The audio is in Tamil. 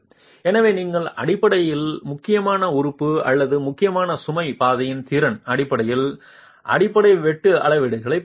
எனவே நீங்கள் அடிப்படையில் முக்கியமான உறுப்பு அல்லது முக்கியமான சுமை பாதையின் திறன் அடிப்படையில் அடிப்படை வெட்டு அளவிடப் போகிறீர்கள்